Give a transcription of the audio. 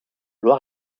loir